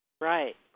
Right